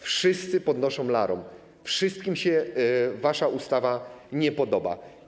Wszyscy podnoszą larum, wszystkim się wasza ustawa nie podoba.